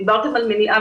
דיברתם על מניעה,